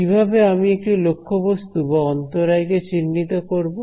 কিভাবে আমি একটি লক্ষ্যবস্তু বা অন্তরায় কে চিহ্নিত করব